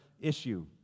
issue